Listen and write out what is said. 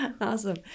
Awesome